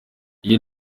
iyi